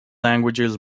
languages